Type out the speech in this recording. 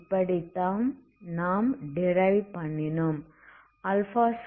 இப்படித்தான் நாம் டிரைவ் பண்ணினோம்